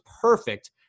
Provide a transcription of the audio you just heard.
perfect